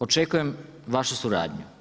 Očekujem vašu suradnju.